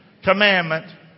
commandment